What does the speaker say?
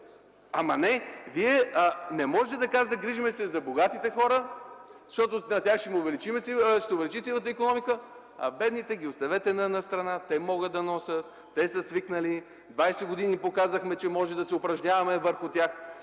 Адемов.) Вие не можете така да се грижите за богатите хора, защото за тях ще се увеличи сивата икономика, а бедните ги оставете настрана – те могат да носят, те са свикнали, 20 години показахме, че можем да се упражняваме върху тях.